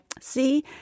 see